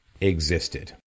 existed